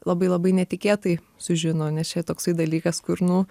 labai labai netikėtai sužino nes čia toksai dalykas kur nu